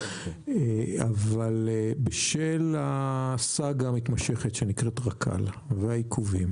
אבל בשל הסאגה המתמשכת שנקראת רכ"ל והעיכובים